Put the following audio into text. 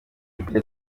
depite